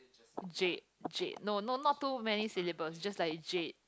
Jade Jade no no no not too many syllables just like Jade